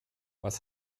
was